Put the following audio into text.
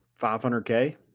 500K